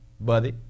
buddy